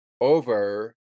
over